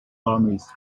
armies